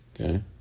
okay